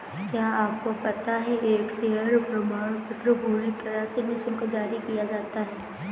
क्या आपको पता है एक शेयर प्रमाणपत्र पूरी तरह से निशुल्क जारी किया जाता है?